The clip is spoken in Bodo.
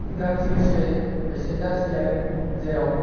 गाज्रिखौ सिखायदों बेसो गाज्रि जादों जेराव